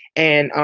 and, um